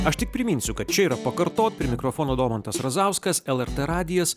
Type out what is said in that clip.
aš tik priminsiu kad čia yra pakartot prie mikrofono domantas razauskas lrt radijas